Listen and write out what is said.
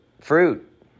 fruit